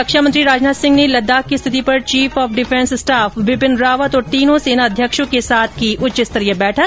रक्षामंत्री राजनाथ सिंह ने लद्दाख की स्थिति पर chief of defence staff Bipin Rawat और तीनों सेनाध्यक्षों के साथ की उच्च स्तरीय बैठक